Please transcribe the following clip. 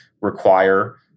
require